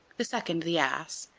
the second the ass,